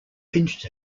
pinched